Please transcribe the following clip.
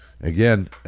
again